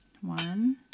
One